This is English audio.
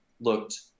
looked